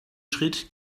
schritt